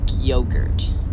yogurt